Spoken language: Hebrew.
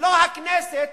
ולא הכנסת,